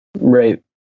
Right